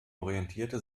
orientierte